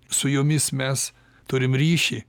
su jomis mes turim ryšį